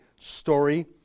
Story